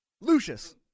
lucius